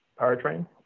powertrain